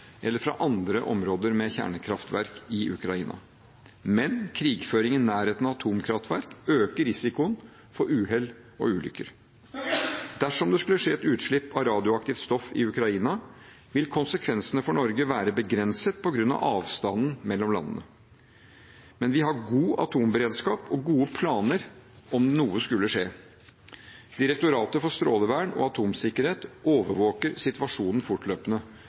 eller fra andre områder med kjernekraftverk i Ukraina, men krigføring i nærheten av atomkraftverk øker risikoen for uhell og ulykker. Dersom det skulle skje et utslipp av radioaktivt stoff i Ukraina, vil konsekvensene for Norge være begrenset, på grunn av avstanden mellom landene. Men vi har god atomberedskap og gode planer om noe skulle skje. Direktoratet for strålevern og atomsikkerhet overvåker situasjonen fortløpende.